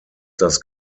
das